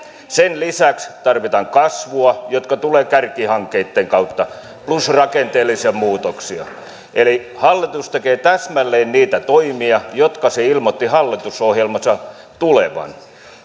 sen lisäksi tarvitaan kasvua joka tulee kärkihankkeitten kautta plus rakenteellisia muutoksia hallitus tekee täsmälleen niitä toimia jotka se ilmoitti hallitusohjelmassa tulevan